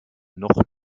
noch